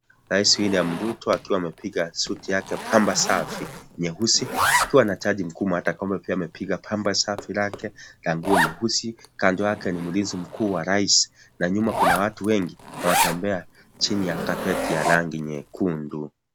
Rais William Ruto, akiwa amepiga suti yake bamba safi nyeusi, akiwa na Jaji Mkuu Martha Koome, pia amepiga bamba safi lake la nguo nyeusi. Kando yake, ni mlinzi mkuu wa rais, na nyuma kuna watu wengi watembea chini ya carpet ya rangi nyekundu.